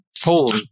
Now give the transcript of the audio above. Hold